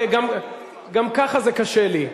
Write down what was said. גם ככה זה קשה לי.